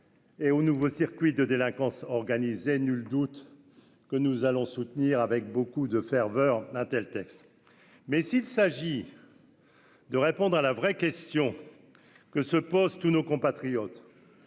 et aux nouveaux circuits de délinquance organisée, nul doute que nous allons soutenir avec beaucoup de ferveur texte mais s'il s'agit. De répondre à la vraie question que se posent tous nos compatriotes